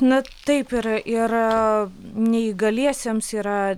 na taip ir ir neįgaliesiems yra